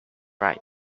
right